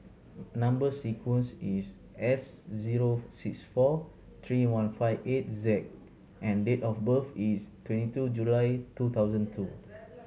number sequence is S zero six four three one five eight Z and date of birth is twenty two July two thousand two